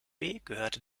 gehörte